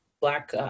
black